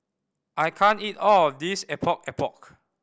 I can't eat all of this Epok Epok